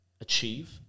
achieve